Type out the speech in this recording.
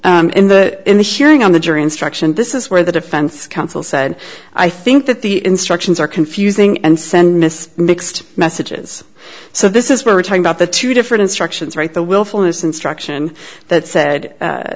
in the in the hearing on the jury instruction this is where the defense counsel said i think that the instructions are confusing and send miss mixed messages so this is where we're talking about the two different instructions right the willfulness instruction that said